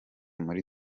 muri